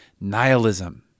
nihilism